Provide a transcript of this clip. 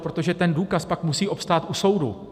Protože ten důkaz pak musí obstát u soudu.